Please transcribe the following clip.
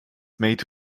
made